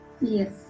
Yes